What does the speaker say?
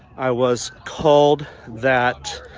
i was called that.